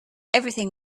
everything